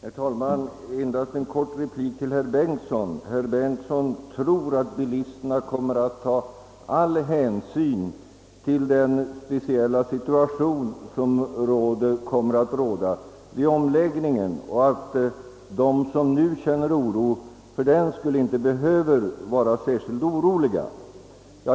Herr talman! Jag vill endast ge en kort replik till herr Bengtson i Solna. Herr Bengtson tror att bilisterna kommer att ta all tänkbar hänsyn till den speciella situation som kommer att råda vid omläggningen och att de som nu känner oro inte behöver göra det.